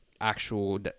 actual